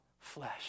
flesh